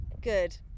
Good